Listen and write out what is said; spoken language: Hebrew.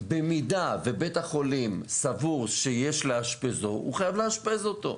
במידה שבית החולים סבור שיש לאשפזו הוא חייב לאשפז אותו.